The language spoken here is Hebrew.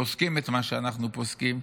פוסקים את מה שאנחנו פוסקים,